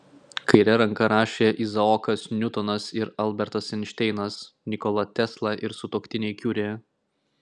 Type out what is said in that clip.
kaire ranka rašė izaokas niutonas ir albertas einšteinas nikola tesla ir sutuoktiniai kiuri